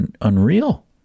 unreal